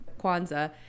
Kwanzaa